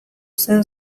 zen